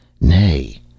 Nay